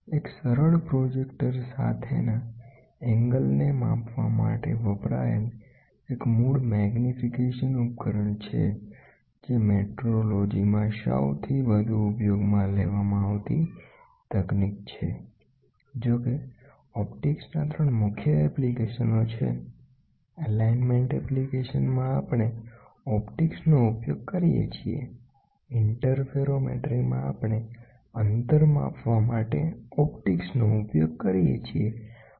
એક સરળ પ્રોજેક્ટર સાથેના એંગલને માપવા માટે વપરાયેલ એક મૂળ મેગ્નિફિકેશન ઉપકરણ છે જે મેટ્રોલોજીમાં સૌથી વધુ ઉપયોગમાં લેવામાં આવતી તકનીક છે જો કેઓપ્ટિક્સના 3 મુખ્ય એપ્લિકેશનો છે એલાઇન્મેન્ટ એપ્લિકેશનમાં આપણે ઓપ્ટિક્સનો ઉપયોગ કરીએ છીએઇન્ટરફેરોમેટ્રીમાં આપણે અંતર માપવા માટે ઓપ્ટિક્સનો ઉપયોગ કરીએ છીએ